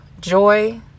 joy